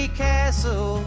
castle